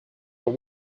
that